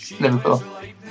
Liverpool